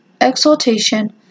exaltation